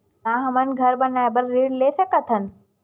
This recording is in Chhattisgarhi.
का हमन घर बनाए बार ऋण ले सकत हन?